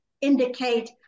indicate